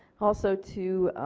also to